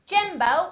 Jimbo